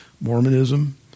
Mormonism